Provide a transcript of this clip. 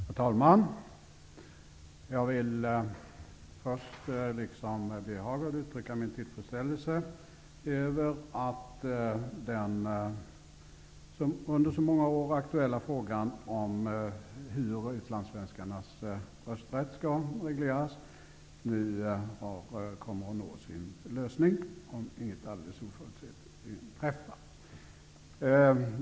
Herr talman! Jag vill först, liksom Birger Hagård, uttrycka min tillfredsställelse över att den under så många år aktuella frågan om hur utlandssvenskarnas rösträtt skall regleras nu kommer att få sin lösning, om inte någonting alldeles oförutsett inträffar.